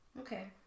Okay